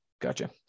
gotcha